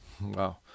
Wow